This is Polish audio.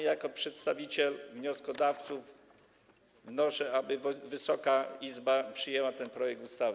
Jako przedstawiciel wnioskodawców wnoszę, aby Wysoka Izba przyjęła ten projekt ustawy.